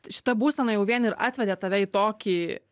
šita būsena jau vien ir atvedė tave į tokį